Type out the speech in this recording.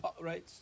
right